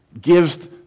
gives